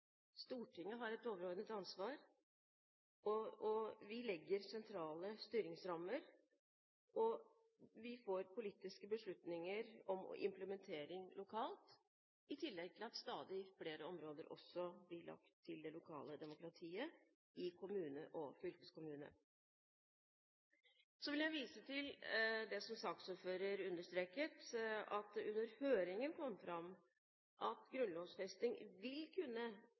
Stortinget har et overordnet ansvar, vi legger sentrale styringsrammer, og vi får politiske beslutninger om implementering lokalt, i tillegg til at stadig flere områder også blir lagt til det lokale demokratiet i kommune og fylkeskommune. Så vil jeg vise til det saksordføreren understreket, om at det under høringen kom fram at grunnlovfesting vil kunne